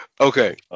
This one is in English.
Okay